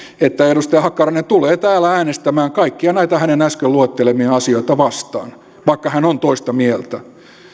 että edustaja hakkarainen tulee täällä äänestämään kaikkia näitä hänen äsken luettelemiaan asioita vastaan vaikka hän on toista mieltä